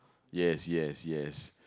yes yes yes